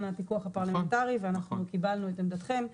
הפיקוח הפרלמנטרי ואנחנו קיבלנו את עמדתכם.